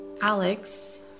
Alex